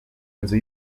nzu